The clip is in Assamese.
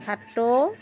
ভাটৌ